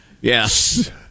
Yes